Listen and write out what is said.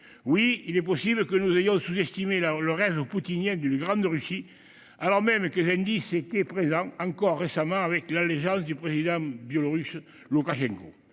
Oui, il est possible que nous ayons sous-estimé le rêve poutinien d'une grande Russie, alors même que plusieurs indices étaient présents, encore récemment au travers de l'allégeance du président biélorusse Loukachenko.